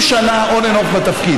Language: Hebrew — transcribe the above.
הוא לא התכוון שהן בוחרות.